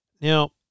Now